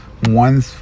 one